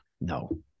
no